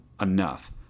enough